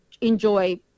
enjoy